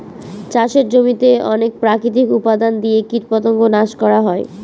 চাষের জমিতে অনেক প্রাকৃতিক উপাদান দিয়ে কীটপতঙ্গ নাশ করা হয়